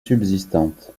subsistante